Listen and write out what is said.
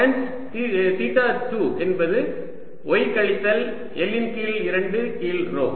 tangent theta 2 சமம் y கழித்தல் L இன் கீழ் 2 கீழ் ρ